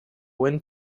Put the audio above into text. wind